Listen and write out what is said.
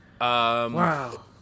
Wow